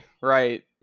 Right